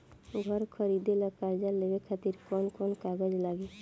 घर खरीदे ला कर्जा लेवे खातिर कौन कौन कागज लागी?